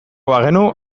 bagenu